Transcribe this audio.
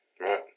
right